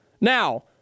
Now